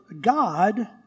God